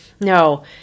No